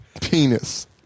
penis